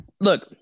look